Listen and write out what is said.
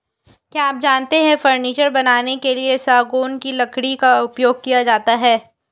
क्या आप जानते है फर्नीचर बनाने के लिए सागौन की लकड़ी का उपयोग किया जाता है